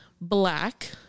Black